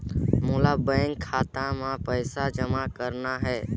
मोला बैंक खाता मां पइसा जमा करना हे?